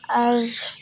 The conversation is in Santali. ᱟᱨ